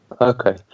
Okay